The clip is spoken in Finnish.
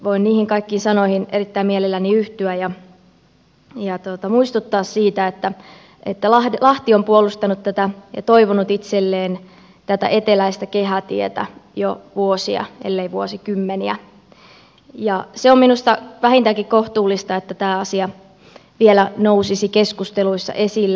voin niihin kaikkiin sanoihin erittäin mielelläni yhtyä ja muistuttaa siitä että lahti on puolustanut ja toivonut itselleen tätä eteläistä kehätietä jo vuosia ellei vuosikymmeniä ja se on minusta vähintäänkin kohtuullista että tämä asia vielä nousisi keskusteluissa esille